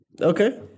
Okay